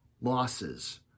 losses